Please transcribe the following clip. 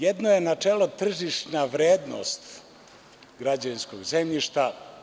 Jedno je načelo - tržišna vrednost građevinskog zemljišta.